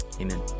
Amen